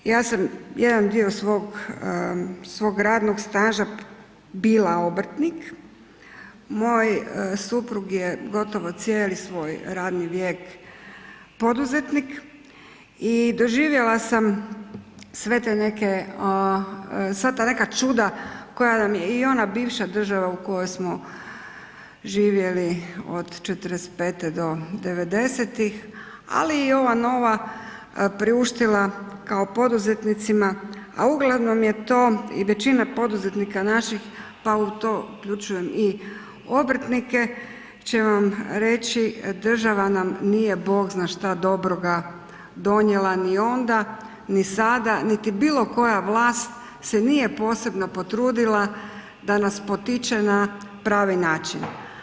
Ja sam jedan dio svog radnog staža bila obrtnik, moj suprug je gotovo cijeli svoj radni vijek poduzetnik i doživjela sam sva ta neka čuda koja nam je i ona bivša država u kojoj smo živjeli od '45. do devedesetih, ali i ova nova priuštila kao poduzetnicima, a uglavnom je to i većina poduzetnika naših pa u to uključujem i obrtnike će vam reći, država nam nije Bog zna šta dobroga donijela ni onda, ni sada, niti bilo koja vlast se nije posebno potrudila da nas potiče na pravi način.